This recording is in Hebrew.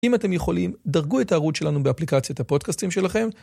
אם אתם יכולים, דרגו את הערוץ שלנו באפליקציית הפודקסטים שלכם.